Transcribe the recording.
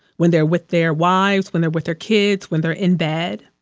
when they're with their wives, when they're with their kids, when they're in bed,